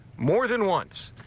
more than once.